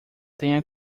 tenha